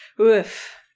Oof